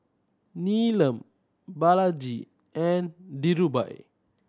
Neelam Balaji and Dhirubhai